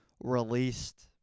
released